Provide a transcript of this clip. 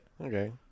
Okay